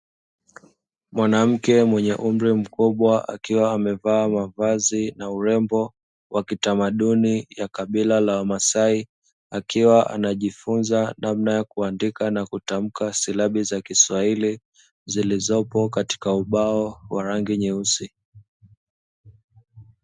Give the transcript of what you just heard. Mwanamke mwenye umri mkubwa, akiwa amevaa mavazi na urembo wa kitamaduni wa kabila la Wamasai, akiwa anajifunza namna ya kuandika na kutamka silabi za Kiswahili zilizopo katika ubao wa rangi nyeusi.